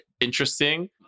interesting